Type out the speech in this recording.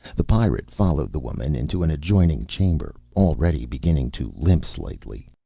the pirate followed the woman into an adjoining chamber, already beginning to limp slightly.